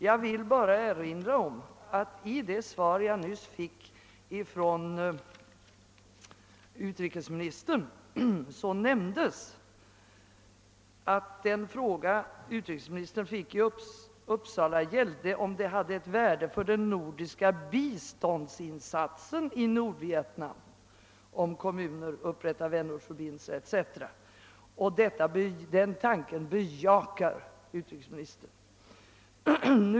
Jag vill erinra om att i det svar jag nyss fick av utrikesministern nämndes att den fråga som utrikesministern fick i Uppsala gällde, om det var av värde för den nordiska biståndsinsatsen i Nordvietnam att kommuner upprättade vänortsförbindelser, och den tanken bejakade utrikesministern.